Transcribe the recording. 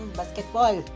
basketball